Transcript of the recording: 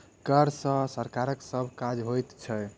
कर सॅ सरकारक सभ काज होइत छै